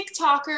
TikToker